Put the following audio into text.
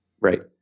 Right